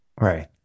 right